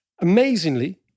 Amazingly